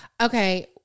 Okay